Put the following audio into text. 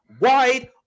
Wide